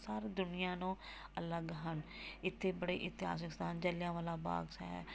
ਸਾਰੀ ਦੁਨੀਆ ਨੂੰ ਅਲੱਗ ਹਨ ਇੱਥੇ ਬੜੇ ਇਤਿਹਾਸਿਕ ਸਥਾਨ ਜਲਿਆਂਵਾਲਾ ਬਾਗ ਹੈ